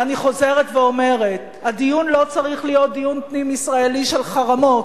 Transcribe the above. ואני חוזרת ואומרת: הדיון לא צריך להיות דיון פנים-ישראלי של חרמות.